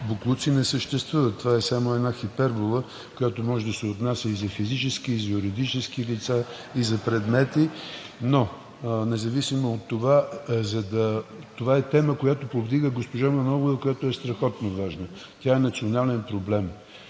боклуци не съществуват. Това е само една хипербола, която може да се отнася и за физически, и за юридически лица, и за предмети. Независимо от това, темата, която повдига госпожа Манолова, е страхотно важна. Тя е национален проблем.